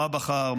מה בחר,